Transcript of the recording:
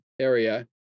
area